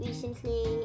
Recently